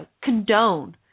condone